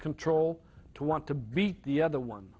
control to want to beat the other one